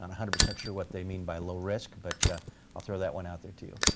and hundred percent sure what they mean by low risk. but i'll throw that one out there to you.